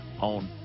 on